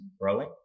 growing